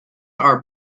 are